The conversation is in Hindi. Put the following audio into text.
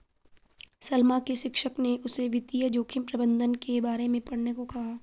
सलमा के शिक्षक ने उसे वित्तीय जोखिम प्रबंधन के बारे में पढ़ने को कहा